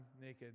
naked